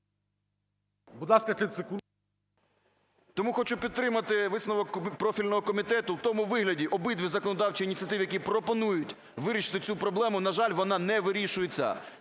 Тому хочу підтримати висновок профільного комітету, в тому вигляді обидві законодавчі ініціативи, які пропонують вирішити цю проблему, на жаль, вона не вирішується.